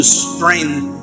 strength